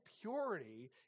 purity